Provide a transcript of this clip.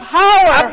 power